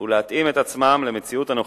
ולהתאים את עצמם למציאות הנוכחית,